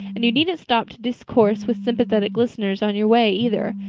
and you needn't stop to discourse with sympathetic listeners on your way, either.